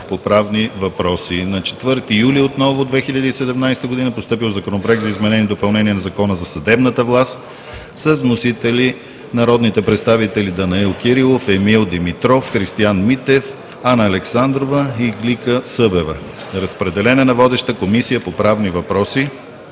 по правни въпроси. На 4 юли 2017 г. е постъпил Законопроект за изменение и допълнение на Закона за съдебната власт. Вносители – народните представители Данаил Кирилов, Емил Димитров, Христиан Митев, Анна Александрова и Иглика Иванова-Събева. Водеща е Комисията по правни въпроси.